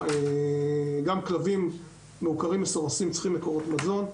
גם כלבים מעוקרים-מסורסים צריכים מקורות מזון,